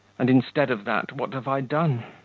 and, instead of that, what have i done?